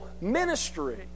ministry